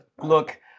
look